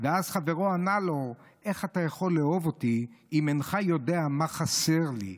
ואז חברו ענה לו: איך אתה יכול לאהוב אותי אם אינך יודע מה חסר לי?